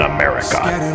America